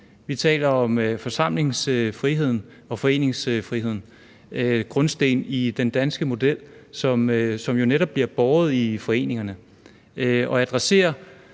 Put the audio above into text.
og taler om forsamlingsfriheden og foreningsfriheden – grundsten i den danske model, som jo netop bliver båret i foreningerne. Og at vi adresserer